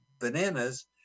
Bananas